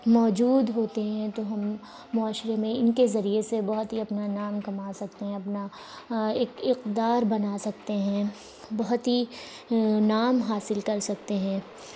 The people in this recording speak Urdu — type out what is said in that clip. موجود ہوتے ہیں تو ہم معاشرے میں ان کے ذریعے سے بہت ہی اپنا نام کما سکتے ہیں اپنا ایک اقدار بنا سکتے ہیں بہت ہی نام حاصل کر سکتے ہیں